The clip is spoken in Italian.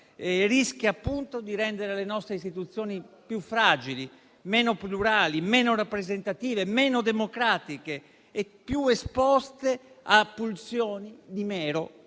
rischia, appunto, di rendere le nostre istituzioni più fragili, meno plurali, meno rappresentative, meno democratiche e più esposte a pulsioni di mero